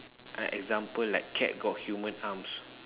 uh example like cat got human arms